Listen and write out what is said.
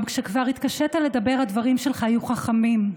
גם כשכבר התקשית לדבר הדברים שלך היו חכמים,